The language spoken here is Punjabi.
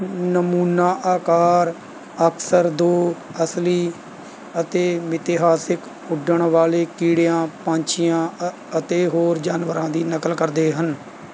ਨਮੂਨਾ ਆਕਾਰ ਅਕਸਰ ਦੋ ਅਸਲੀ ਅਤੇ ਮਿਥਿਹਾਸਕ ਉੱਡਣ ਵਾਲੇ ਕੀੜਿਆਂ ਪੰਛੀਆਂ ਅ ਅਤੇ ਹੋਰ ਜਾਨਵਰਾਂ ਦੀ ਨਕਲ ਕਰਦੇ ਹਨ